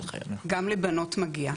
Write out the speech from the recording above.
גם לבנות מגיע.